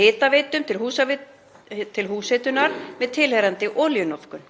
hitaveitum til húshitunar með tilheyrandi olíunotkun.